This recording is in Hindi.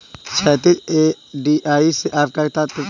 क्षैतिज, एफ.डी.आई से आपका क्या तात्पर्य है?